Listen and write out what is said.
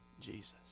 Jesus